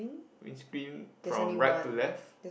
we spin from right to left